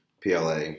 PLA